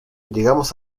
llegamos